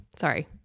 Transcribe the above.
sorry